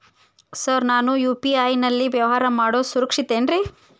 Sir ನಾನು UPI ನಲ್ಲಿ ವ್ಯವಹಾರ ಮಾಡೋದು ಸುರಕ್ಷಿತ ಏನ್ರಿ?